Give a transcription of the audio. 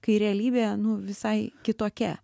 kai realybė nu visai kitokia